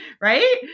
right